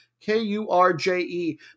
k-u-r-j-e